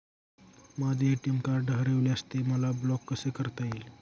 माझे ATM card हरविल्यास ते मला ब्लॉक कसे करता येईल?